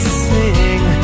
sing